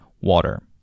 water